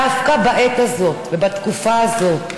דווקא בעת הזאת ובתקופה הזאת,